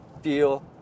feel